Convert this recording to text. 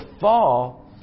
fall